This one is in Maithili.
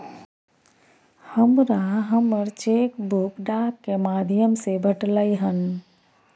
हमरा हमर चेक बुक डाक के माध्यम से भेटलय हन